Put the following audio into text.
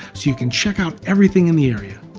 so you can check out everything in the area.